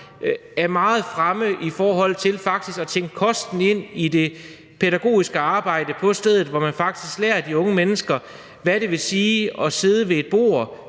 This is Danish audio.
er meget fremme i forhold til faktisk at tænke kosten ind i det pædagogiske arbejde på stedet, hvor man lærer de unge mennesker, hvad det vil sige at sidde ved et bord